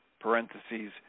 parentheses